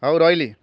ହଉ ରହିଲି